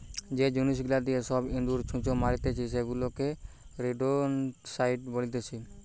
যে জিনিস গুলা দিয়ে সব ইঁদুর, ছুঁচো মারতিছে সেগুলাকে রোডেন্টসাইড বলতিছে